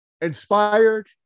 inspired